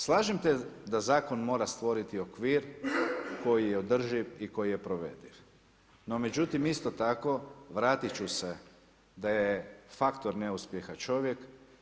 Slažem se da zakon mora stvoriti okvir koji je održiv i koji je provediv no međutim isto tako vratit ću se da je faktor neuspjeha čovjek.